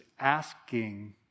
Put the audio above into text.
asking